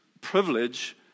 privilege